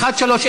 שאילתה מס'